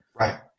Right